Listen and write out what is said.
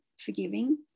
forgiving